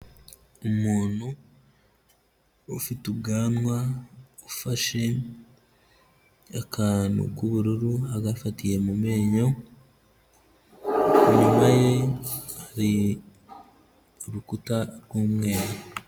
Umuntu ufite ubwanwa, ufashe akantu k'ubururu, agafatiye mu menyo, inyuma ye hari urukuta rw'umweru.